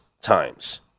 times